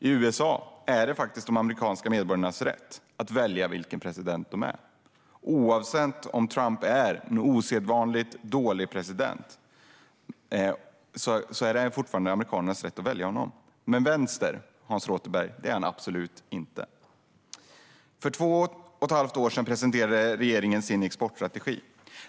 I USA är det de amerikanska medborgarnas rätt att välja vilken president de vill ha. Trump må vara en osedvanligt dålig president, men det är fortfarande amerikanernas rätt att välja honom. Men vänster, Hans Rothenberg, är han absolut inte. För två och ett halvt år sedan presenterade regeringen sin exportstrategi.